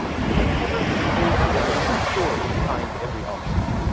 it can recover a ah second story behind every object,